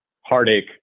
heartache